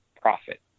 profit